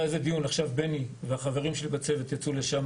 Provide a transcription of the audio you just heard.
היה על זה דיון, ועכשיו הצוות שלי נמצא שם